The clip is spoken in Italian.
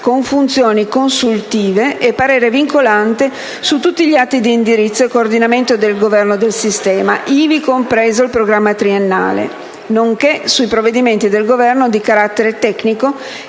con funzioni consultive e parere vincolante su tutti gli atti di indirizzo e coordinamento per il governo del sistema, ivi compreso il programma triennale, nonché sui provvedimenti del Governo di carattere tecnico